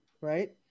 right